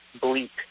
bleak